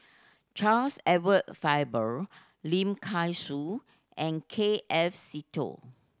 Charles Edward Faber Lim Kay Siu and K F Seetoh